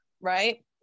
right